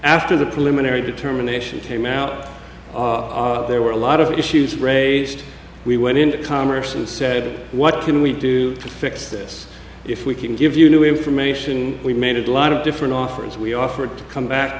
after the preliminary determination tame out there were a lot of issues raised we went into commerce and said what can we do to fix this if we can give you new information we may need lot of different offers we offer to come back